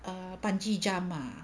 ah bungee jump ah